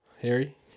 harry